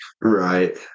Right